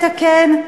ובאמת רוצה לתקן,